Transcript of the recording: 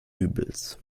übels